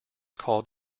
called